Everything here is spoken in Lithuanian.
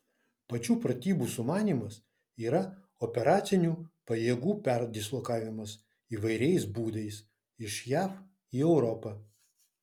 pačių pratybų sumanymas yra operacinių pajėgų perdislokavimas įvairiais būdais iš jav į europą